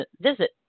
visit